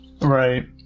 Right